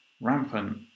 rampant